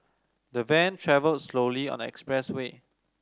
the van travelled slowly on the expressway